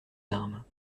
armes